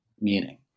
meaning